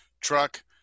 truck